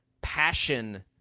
passion